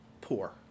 Poor